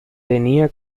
tenía